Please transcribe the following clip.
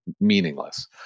meaningless